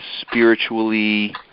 spiritually